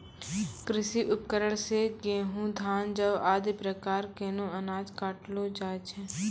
कृषि उपकरण सें गेंहू, धान, जौ आदि प्रकार केरो अनाज काटलो जाय छै